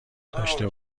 داشته